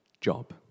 job